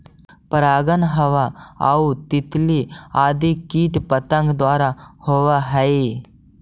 परागण हवा आउ तितली आदि कीट पतंग द्वारा होवऽ हइ